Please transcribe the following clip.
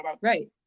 right